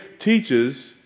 teaches